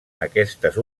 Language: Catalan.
aquestes